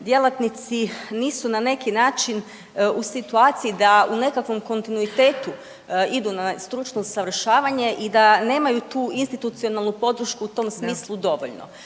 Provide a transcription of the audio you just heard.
djelatnici nisu na neki način u situaciji da u nekakvom kontinuitetu idu na stručno usavršavanje i da nemaju tu institucionalnu podršku u tom smislu dovoljno,